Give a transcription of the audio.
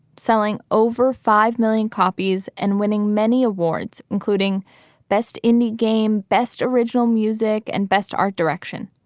selling over five million copies and winning many awards, including best indie game, best original music and best art direction.